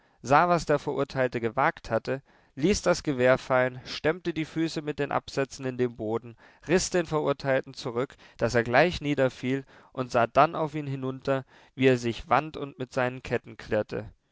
was der verurteilte gewagt hatte ließ das gewehr fallen stemmte die füße mit den absätzen in den boden riß den verurteilten zurück daß er gleich niederfiel und sah dann auf ihn hinunter wie er sich wand und mit seinen ketten klirrte